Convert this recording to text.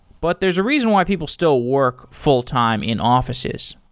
but there's a reason why people still work fulltime in offi ces.